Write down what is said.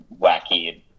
wacky